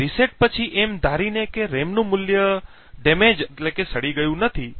અને રીસેટ પછી એમ ધારીને કે રેમનું મૂલ્ય સડી ગયું નથી